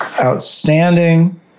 outstanding